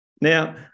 Now